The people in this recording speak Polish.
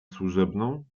służebną